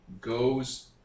goes